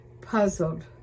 puzzled